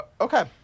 Okay